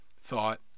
thought